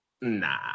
Nah